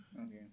okay